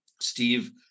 Steve